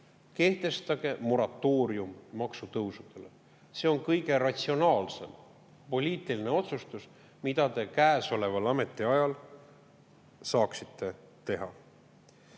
kehtestage moratoorium maksutõusudele. See on kõige ratsionaalsem poliitiline otsustus, mida te käesoleval ametiajal saaksite teha. Kuid